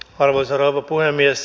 arvoisa rouva puhemies